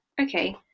okay